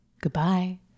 Goodbye